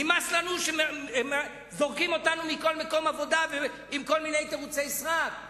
נמאס לנו שזורקים אותנו מכל מקום עבודה עם כל מיני תירוצי סרק.